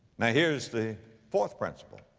now, here's the fourth principle.